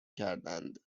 کردند